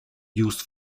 used